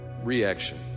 reaction